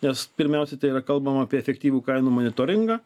nes pirmiausia tai yra kalbama apie efektyvų kainų monitoringą